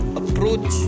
approach